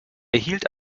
erhielten